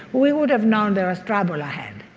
we would have known there is trouble ahead